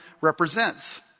represents